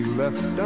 left